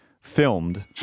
filmed